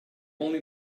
only